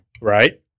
Right